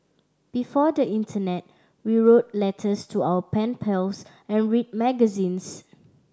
before the internet we wrote letters to our pen pals and read magazines